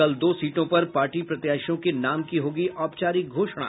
कल दो सीटों पर पार्टी प्रत्याशियों के नाम की होगी औपचारिक घोषणा